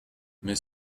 mais